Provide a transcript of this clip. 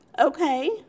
Okay